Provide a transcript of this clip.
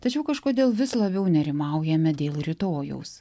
tačiau kažkodėl vis labiau nerimaujame dėl rytojaus